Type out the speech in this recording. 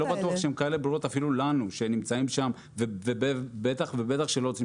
אני לא בטוח שהן ברורות אפילו לנו שנמצאים שם ובטח לא רוצים